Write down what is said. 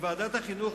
וועדת החינוך,